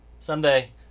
Someday